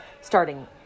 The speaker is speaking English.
starting